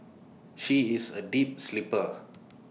she is A deep sleeper